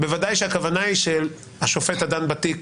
בוודאי שהכוונה היא שהשופט הדן בתיק